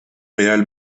real